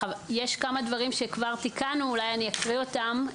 יש כמה דברים שכבר תיקנו ואולי אני אקריא אותם.